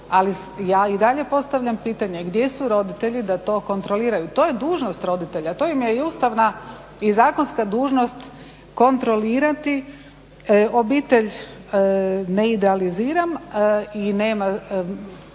ali ja i dalje postavljam pitanje gdje su roditelji da to kontroliraju. To je dužnost roditelja, to im je i ustavna i zakonska dužnost kontrolirati. Obitelj ne idealiziram i nema